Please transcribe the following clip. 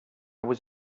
was